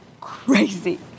crazy